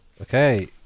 Okay